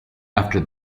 after